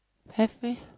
have meh